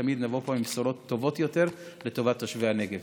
שתמיד נבוא לפה עם בשורות טובות יותר לטובת תושבי הנגב.